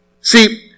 See